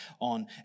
on